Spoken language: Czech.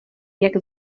jak